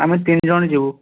ଆମେ ତିନି ଜଣ ଯିବୁ